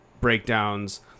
breakdowns